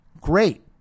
great